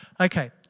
Okay